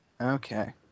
Okay